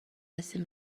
هستیم